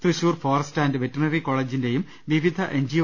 Thrissur forest and veterinary കോളേജിന്റെയും വിവിധ NGO